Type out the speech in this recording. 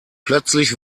plötzlich